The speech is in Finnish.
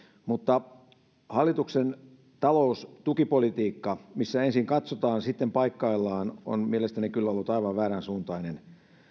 mutta hallituksen taloustukipolitiikka missä ensin katsotaan sitten paikkaillaan on mielestäni kyllä ollut aivan vääränsuuntainen